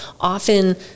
Often